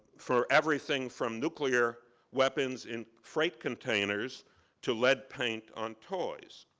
for everything from nuclear weapons in freight containers to lead paint on toys,